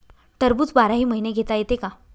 टरबूज बाराही महिने घेता येते का?